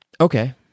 okay